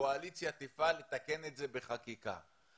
הקואליציה תפעל לתקן את זה בחקיקה.